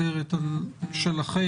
אני אבקש לקבל רשימה מסודרת שלכם,